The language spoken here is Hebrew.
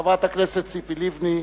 חברת הכנסת ציפי לבני,